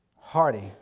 hearty